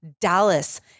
Dallas